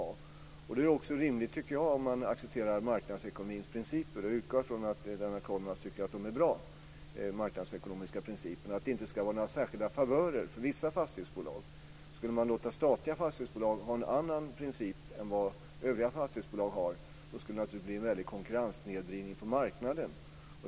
Jag utgår ifrån att Lennart Kollmats tycker att marknadsekonomins principer är bra och att det inte ska vara några särskilda favörer för vissa fastighetsbolag. Om man skulle låta statliga fastighetsbolag ha en annan princip än vad övriga fastighetsbolag har skulle det naturligtvis bli en väldig konkurrenssnedvridning på marknaden.